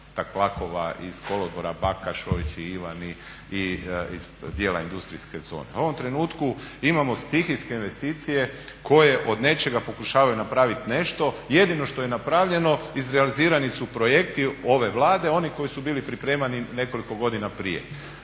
Bakar, Šojići, …/Govornik se ne razumije./… i iz dijela industrijske zone. U ovom trenutku imamo stihijske investicije koje od nečega pokušavaju napraviti nešto. Jedino što je napravljeno izrealizirani su projekti ove Vlade oni koji su bili pripremani nekoliko godina prije,